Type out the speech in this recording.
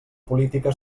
política